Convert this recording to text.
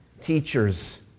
teachers